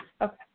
Okay